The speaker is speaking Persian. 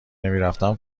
نمیرفتن